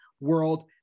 World